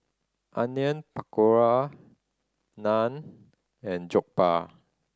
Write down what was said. Onion Pakora Naan and Jokbal